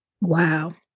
Wow